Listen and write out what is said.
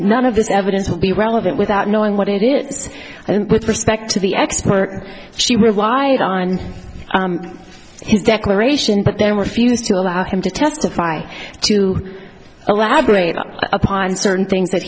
none of this evidence will be relevant without knowing what it is and with respect to the expert she relied on his declaration that there were few to allow him to testify to elaborate upon certain things that